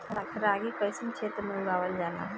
रागी कइसन क्षेत्र में उगावल जला?